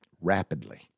rapidly